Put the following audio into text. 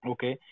Okay